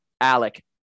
Alec